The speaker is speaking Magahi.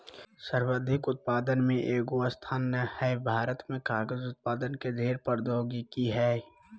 सर्वाधिक उत्पादक में एगो स्थान नय हइ, भारत में कागज उत्पादन के ढेर प्रौद्योगिकी हइ